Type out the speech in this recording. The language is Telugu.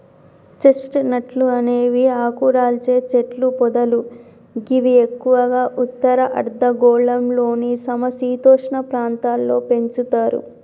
చెస్ట్ నట్లు అనేవి ఆకురాల్చే చెట్లు పొదలు గివి ఎక్కువగా ఉత్తర అర్ధగోళంలోని సమ శీతోష్ణ ప్రాంతాల్లో పెంచుతరు